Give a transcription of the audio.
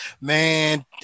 man